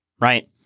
Right